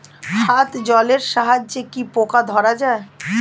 হাত জলের সাহায্যে কি পোকা ধরা যায়?